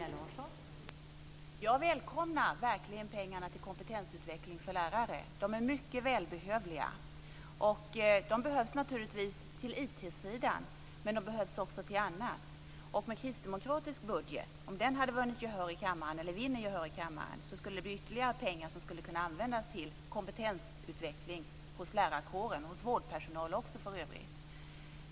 Fru talman! Jag välkomnar verkligen pengarna till kompetensutveckling för lärare. De är mycket välbehövliga. De behövs naturligtvis till IT-sidan, men de behövs också till annat. Om den kristdemokratiska budgeten vinner gehör i kammaren skulle det bli ytterligare pengar som skulle kunna användas till kompetensutveckling hos lärarkåren - och hos vårdpersonal också, för övrigt.